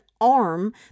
arm